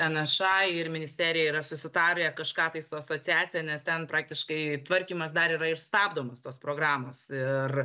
nša ir ministerija yra susitarę kažką tai su asociacija nes ten praktiškai tvarkymas dar yra ir stabdomas tos programos ir